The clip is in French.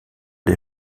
des